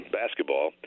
basketball